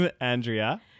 Andrea